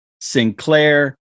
Sinclair